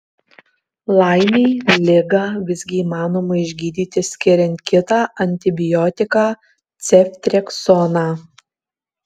laimei ligą visgi įmanoma išgydyti skiriant kitą antibiotiką ceftriaksoną